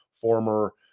Former